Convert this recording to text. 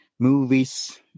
Movies